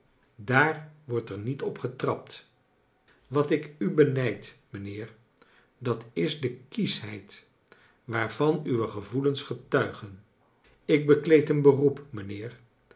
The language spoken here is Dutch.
daar wordt er niet op getrapt wat ik u benijd mijnheer dat is de kieschheid waarvan uwe gevoelens getuigen ik bekleed een beroep